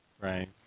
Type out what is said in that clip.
Right